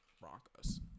Broncos